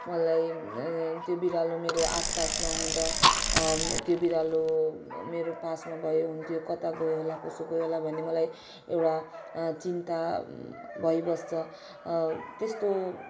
मलाई त्यो बिरालो मेरो आसपास नहुँदा त्यो बिरालो मेरो पासमा भए हुन्थ्यो कता गयो होला कसो गयो होला भन्ने मलाई एउटा चिन्ता भइबस्छ त्यस्तो